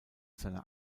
seiner